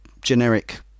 generic